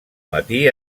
matí